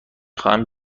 خواهم